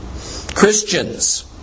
Christians